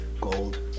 gold